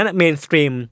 mainstream